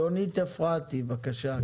יונית אפרתי, בבקשה.